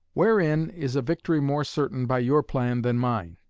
wherein is a victory more certain by your plan than mine?